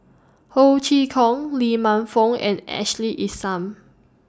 Ho Chee Kong Lee Man Fong and Ashley Isham